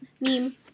meme